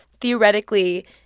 theoretically